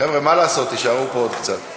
חבר'ה, מה לעשות, תישארו פה עוד קצת.